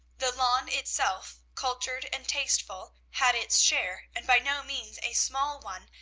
the lawn itself, cultured and tasteful, had its share, and by no means a small one,